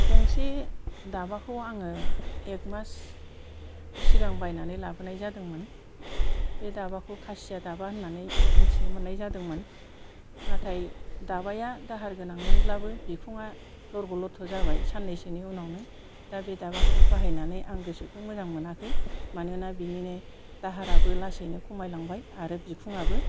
गंसे दाबाखौ आङो एक मास सिगां बायनानै लाबोनाय जादोंमोन बे दाबाखौ खासिया दाबा होननानै मिनथिनो मोननाय जादोंमोन नाथाय दाबाया दाहारगोनां मोनब्लाबो बिखुङा लर्ग लथ' जाबाय सानैसेनि उनावनो दा बे दाबाखौ बाहायनानै आं गोसोखौ मोजां मोनाखै मानोना बिनिनो दाहाराबो लासैनो खमायलांबाय आरो बिखुङाबो